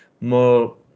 more